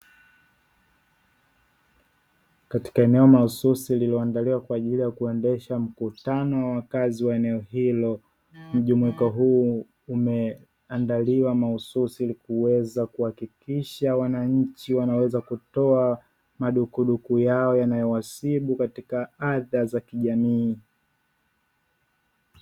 Katika eneo mahususi lililoandaliwa kwa ajili ya kuendesha mkutano wakazi wa eneo hilo. Mjumuiko huu umeandaliwa mahususi kuweza kuhakikisha wananchi wanaweza kutoa madukuduku yao yanayowasibu katika adha za kijamii.